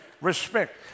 respect